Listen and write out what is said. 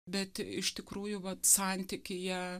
bet iš tikrųjų vat santykyje